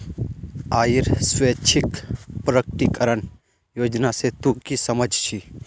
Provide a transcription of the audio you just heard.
आइर स्वैच्छिक प्रकटीकरण योजना से तू की समझ छि